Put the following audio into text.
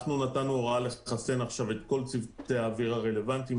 אנחנו נתנו הוראה לחסן עכשיו את כל צוותי האוויר הרלוונטיים,